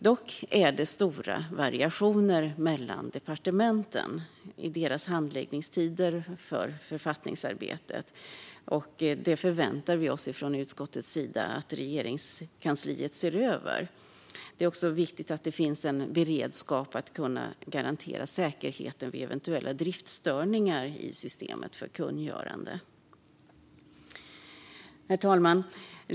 Det finns dock stora variationer mellan departementens handläggningstider i författningsarbetet. Utskottet förväntar sig att Regeringskansliet ser över detta. Det är också viktigt att det finns en beredskap att kunna garantera säkerheten vid eventuella driftsstörningar i systemet för kungöranden. Herr talman!